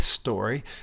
story